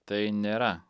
tai nėra